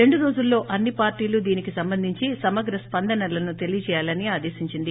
రెండు రోజుల్లో అన్ని పార్లీలు దీనికి సంబంధించి సమగ్ర స్పందనలను తెలియజేయాలని ఆదేశించింది